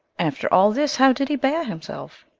after all this, how did he beare himselfe?